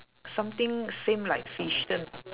something same like fishdom